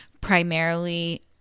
Primarily